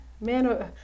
man